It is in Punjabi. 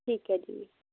ਠੀਕ ਹੈ ਜੀ